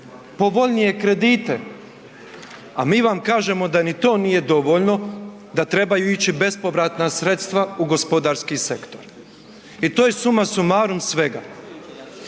povoljnije kredite, a mi vam kažemo da ni to nije dovoljno, da trebaju ići bespovratna sredstva u gospodarski sektor i to je summa summarum svega.